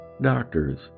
doctors